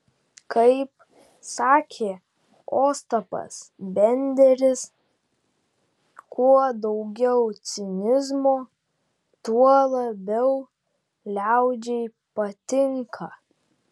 kaip sakė ostapas benderis kuo daugiau cinizmo tuo labiau liaudžiai patinka